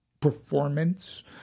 performance